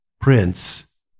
Prince